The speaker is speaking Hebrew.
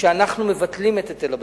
שאנחנו מבטלים את היטל הבצורת,